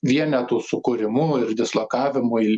vienetų sukūrimu ir dislokavimui